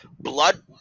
blood